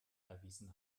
erwiesen